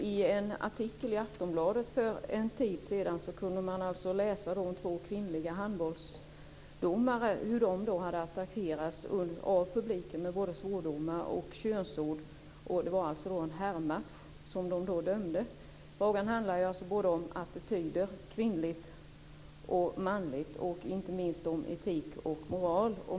I en artikel i Aftonbladet för en tid sedan kunde man läsa om hur två kvinnliga handbollsdomare hade attackerats av publiken med både svordomar och könsord. Det var alltså en herrmatch som de dömde. Frågan handlar både om attityder till kvinnligt och manligt och - inte minst - om etik och moral.